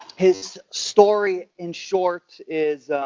his story in short is